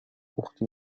أختي